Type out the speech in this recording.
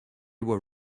were